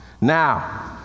now